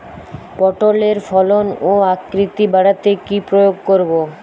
পটলের ফলন ও আকৃতি বাড়াতে কি প্রয়োগ করব?